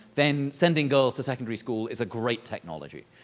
then sending girls to secondary school is a great technology.